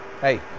Hey